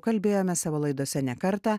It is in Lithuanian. kalbėjome savo laidose ne kartą